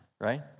right